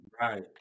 right